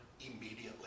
immediately